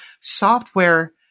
software